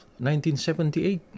1978